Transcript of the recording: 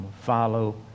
Follow